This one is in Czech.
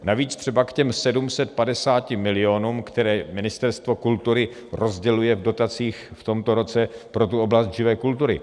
Navíc třeba k těm 750 milionům, které Ministerstvo kultury rozděluje v dotacích v tomto roce pro tu oblast živé kultury.